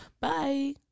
Bye